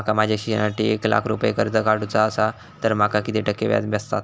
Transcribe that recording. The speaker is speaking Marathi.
माका माझ्या शिक्षणासाठी एक लाख रुपये कर्ज काढू चा असा तर माका किती टक्के व्याज बसात?